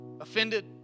offended